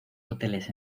hoteles